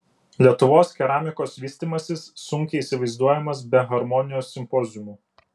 lietuvos keramikos vystymasis sunkiai įsivaizduojamas be harmonijos simpoziumų